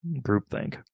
groupthink